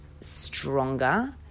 stronger